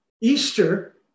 Easter